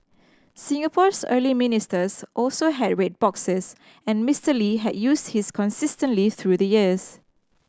Singapore's early ministers also had red boxes and Mister Lee had used his consistently through the years